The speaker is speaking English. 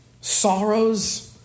sorrows